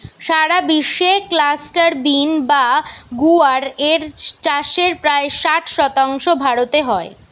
সারা বিশ্বে cluster bean বা গুয়ার এর চাষের প্রায় ষাট শতাংশ ভারতে হয়